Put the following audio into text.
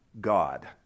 God